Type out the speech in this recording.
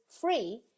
free